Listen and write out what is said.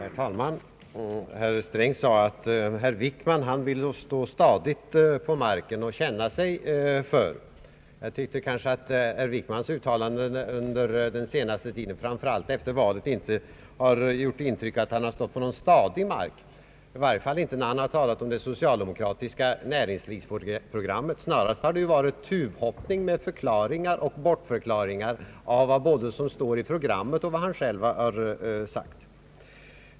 Herr talman! Herr Sträng sade att herr Wickman vill stå stadigt på marken och känna sig för. Jag tycker att herr Wickmans uttalanden under den senaste tiden, framför allt närmast efter valet, inte har givit intryck av att han stått på stadig mark, i varje fall inte när han talat om det socialdemokratiska näringsprogrammet. Snarast har det varit tuvhoppning med förklaringar och bortförklaringar både av vad som står i programmet och vad han själv har sagt.